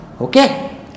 Okay